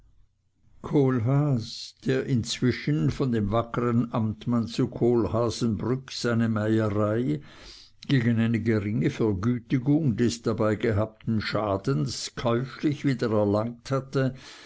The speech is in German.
kohlhaas der inzwischen von dem wackern amtmann zu kohlhaasenbrück seine meierei gegen eine geringe vergütigung des dabei gehabten schadens käuflich wiedererlangt hatte